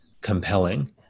compelling